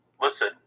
listen